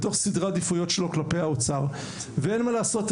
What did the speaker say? בתוך סדרי העדיפויות שלו כלפי האוצר ואין מה לעשות,